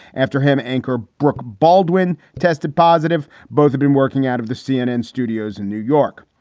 after him, anchor brooke baldwin tested positive. both been working out of the cnn studios in new york.